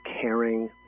caring